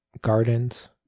gardens